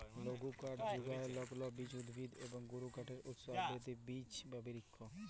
লঘুকাঠ যুগায় লগ্লবীজ উদ্ভিদ এবং গুরুকাঠের উৎস আবৃত বিচ বিরিক্ষ